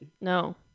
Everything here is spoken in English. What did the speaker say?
No